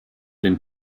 den